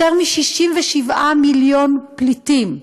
יותר מ-67 מיליון פליטים,